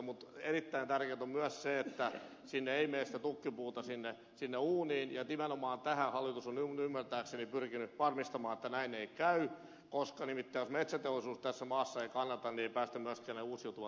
mutta erittäin tärkeätä on myös se että ei mene sitä tukkipuuta sinne uuniin ja nimenomaan tämän hallitus on minun ymmärtääkseni pyrkinyt varmistamaan että näin ei käy koska jos metsäteollisuus tässä maassa ei kannata niin ei päästä myöskään näihin uusiutuvan tavoitteisiin